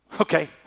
Okay